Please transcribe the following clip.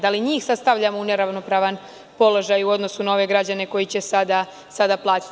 Da li njih sada stavljamo u neravnopravan položaj u odnosu na ove građane koji će sada plaćati?